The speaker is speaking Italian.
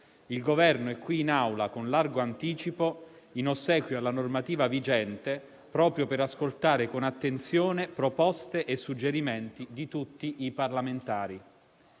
il Governo è qui in Aula con largo anticipo, in ossequio alla normativa vigente, proprio per ascoltare con attenzione proposte e suggerimenti di tutti i parlamentari.